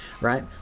right